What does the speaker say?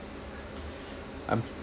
I'm